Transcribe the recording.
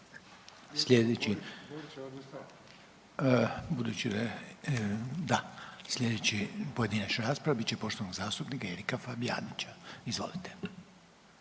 slijedeća pojedinačna rasprava bit će poštovanog zastupnika Erika Fabijanića, izvolite.